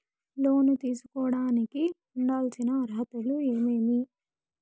లోను తీసుకోడానికి ఉండాల్సిన అర్హతలు ఏమేమి?